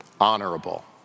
Honorable